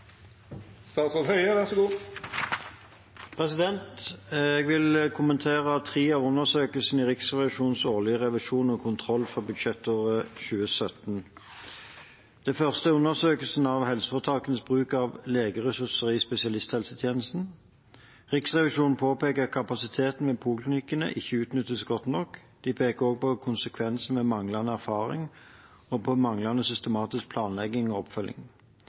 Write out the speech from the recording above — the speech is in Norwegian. undersøkelsen av helseforetakenes bruk av legeressurser i spesialisthelsetjenesten. Riksrevisjonen påpeker at kapasiteten ved poliklinikkene ikke utnyttes godt nok. De peker også på konsekvensene av manglende erfaring og på manglende systematisk planlegging og oppfølging.